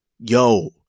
Yo